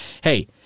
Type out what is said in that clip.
hey